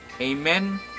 amen